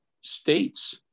states